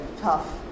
tough